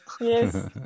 Yes